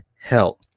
hell